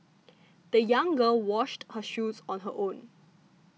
the young girl washed her shoes on her own